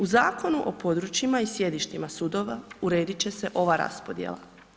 U Zakonu o područjima i sjedištima sudova uredit će se ova raspodjela.